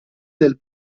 del